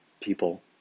people